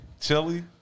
Chili